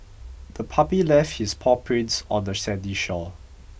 the puppy left its paw prints on the sandy shore